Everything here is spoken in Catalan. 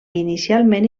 inicialment